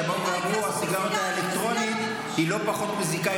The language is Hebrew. שאמרו שהסיגריה האלקטרונית היא לא פחות מזיקה,